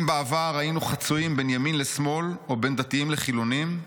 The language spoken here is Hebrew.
אם בעבר היינו חצויים בין ימין לשמאל או בין דתיים לחילונים,